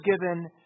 given